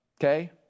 okay